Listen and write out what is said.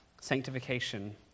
sanctification